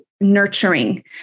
nurturing